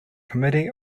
committee